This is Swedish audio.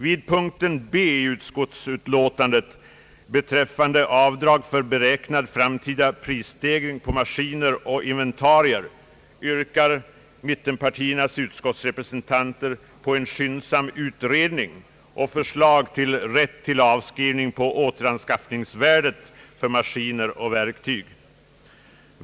Under punkten B i utskottets utlåtande beträffande avdrag för beräknad framtida prisstegring på maskiner och inventarier yrkar mittenpartiernas utskottsrepresentanter en skyndsam utredning om och förslag till rätt för avskrivning på återanskaffningsvärdet för maskiner och verktyg.